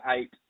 eight